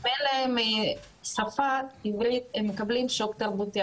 אם אין להם שפה עברית הם מקבלים שוק תרבותי.